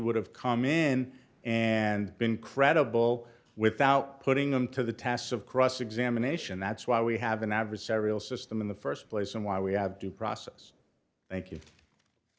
would have come in and been credible without putting them to the tasks of cross examination that's why we have an adversarial system in the st place and why we have due process thank you